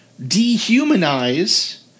dehumanize